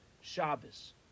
Shabbos